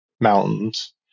mountains